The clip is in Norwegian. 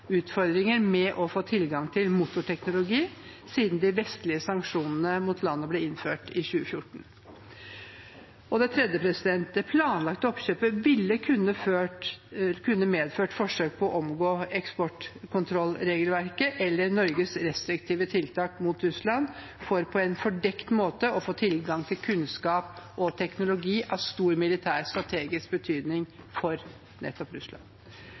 utfordringer med å få tilgang til motorteknologi siden de vestlige sanksjonene mot landet ble innført i 2014. Det tredje er at det planlagte oppkjøpet ville kunne medført forsøk på å omgå eksportkontrollregelverket eller Norges restriktive tiltak mot Russland for på en fordekt måte å få tilgang til kunnskap og teknologi av stor militærstrategisk betydning for nettopp Russland.